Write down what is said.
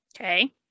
Okay